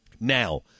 Now